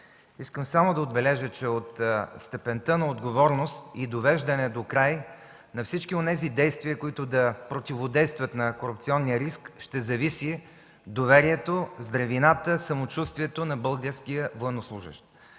Искам само да отбележа, че от степента на отговорност и довеждане докрай на противодействието на корупционния риск ще зависи доверието, здравината, самочувствието на българския военнослужещ!